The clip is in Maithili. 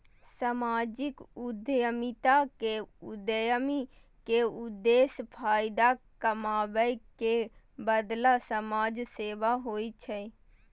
सामाजिक उद्यमिता मे उद्यमी के उद्देश्य फायदा कमाबै के बदला समाज सेवा होइ छै